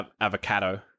avocado